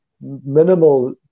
minimal